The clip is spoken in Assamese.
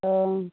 অ'